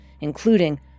including